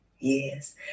Yes